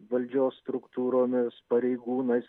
valdžios struktūromis pareigūnais